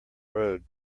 road